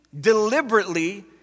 deliberately